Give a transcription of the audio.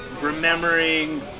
remembering